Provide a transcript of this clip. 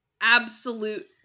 absolute